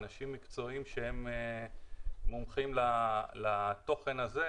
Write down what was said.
אנשים מקצועיים שהם מומחים לתוכן הזה,